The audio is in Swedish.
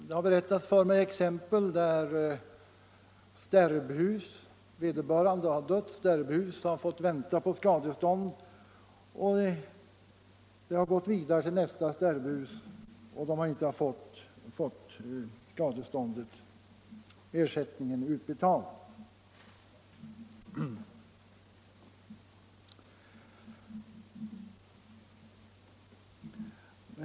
Det har berättats för mig att det förekommit att vederbörande sakägare dött i väntan på skadeståndet och att stärbhuset sedan fått vänta så länge att skadeståndsfordran gått vidare till nästa stärbhus innan ersättning utbetalats.